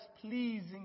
pleasing